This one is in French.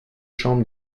chambres